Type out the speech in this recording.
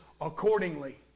accordingly